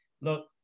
look